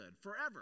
forever